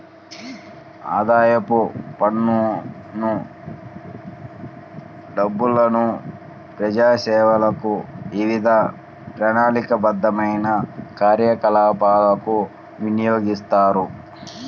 ఆదాయపు పన్ను డబ్బులను ప్రజాసేవలకు, వివిధ ప్రణాళికాబద్ధమైన కార్యకలాపాలకు వినియోగిస్తారు